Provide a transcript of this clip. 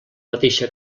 mateixa